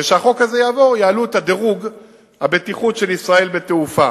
כשהחוק הזה יעבור יעלו את הדירוג הבטיחות של ישראל בתעופה.